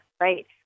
right